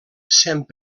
saint